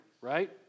right